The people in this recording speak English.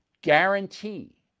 Guarantee